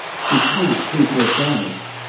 she can't keep her silence.